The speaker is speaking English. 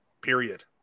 period